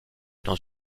dans